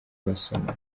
basomana